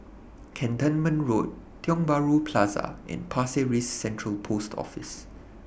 Cantonment Road Tiong Bahru Plaza and Pasir Ris Central Post Office